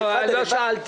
לא, לא שאלתי.